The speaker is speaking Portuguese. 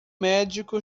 médico